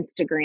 Instagram